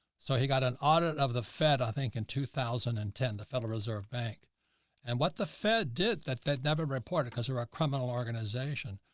so he got an audit of the fed, i think in two thousand and ten, the federal reserve bank and what the fed did that they never reported. cause they were a criminal organization.